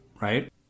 right